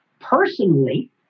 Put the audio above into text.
personally